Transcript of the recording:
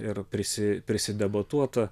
ir prisi prisidebatuota